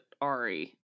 Ari